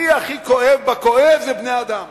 הכי הכי כואב בכואב זה בני-אדם.